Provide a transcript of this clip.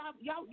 y'all